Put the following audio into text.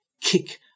kick